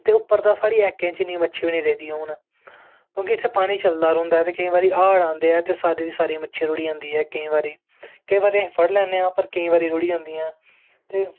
ते उप्पर दा साढ़ी ऐका च इन्नी मच्छी बी नी रेह्दी हून क्योंकि इत्थें पानी चलदा रौंह्दा ऐ ते केईं बारी हाड़ आंदे ऐ ते सारी दी सारी मच्छी रुढ़ी जंदी ऐ केईं बारी केईं बारी अस फड़ी लैन्ने आं पर केईं बारी रुढ़ी जंदियां